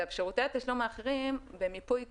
שירותי התשלום האחרים, במיפוי קל,